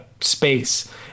space